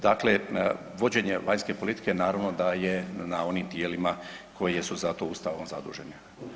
Dakle, vođenje vanjske politike naravno da je na onim tijelima koje su za to ustavom zadužene.